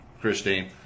Christine